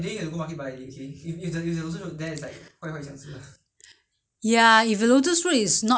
anyway I have the winter melon so we just cook winter melon soup you know it's also a good idea [what]